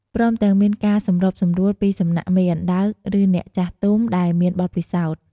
ព្រមទាំងមានការសម្របសម្រួលពីសំណាក់មេអណ្តើក ឬអ្នកចាស់ទុំដែលមានបទពិសោធន៍។